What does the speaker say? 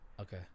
Okay